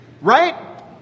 Right